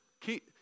Keep